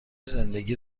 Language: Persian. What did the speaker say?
زندگی